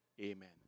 Amen